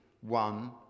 one